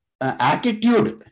attitude